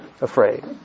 afraid